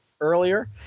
earlier